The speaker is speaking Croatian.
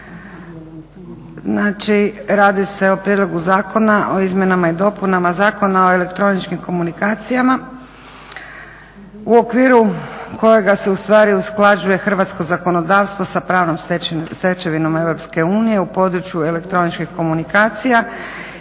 Znači radi se o Prijedlogu zakona o izmjenama i dopunama Zakona o elektroničkim komunikacijama u okviru kojega se usklađuje hrvatsko zakonodavstvo sa pravnom stečevinom EU u području elektroničkih komunikacija